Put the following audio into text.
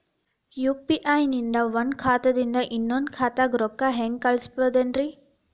UPI ನಿಂದ ಒಂದ್ ಖಾತಾದಿಂದ ಇನ್ನೊಂದು ಖಾತಾಕ್ಕ ರೊಕ್ಕ ಹೆಂಗ್ ಕಳಸ್ಬೋದೇನ್ರಿ?